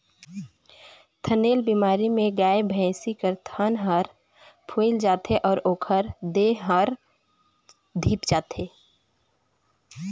थनैल बेमारी में गाय, भइसी कर थन हर फुइल जाथे अउ ओखर देह हर धिप जाथे